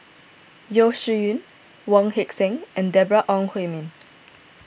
Yeo Shih Yun Wong Heck Sing and Deborah Ong Hui Min